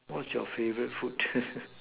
what's your favorite food